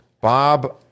Bob